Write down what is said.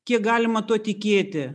kiek galima tuo tikėti